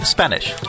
Spanish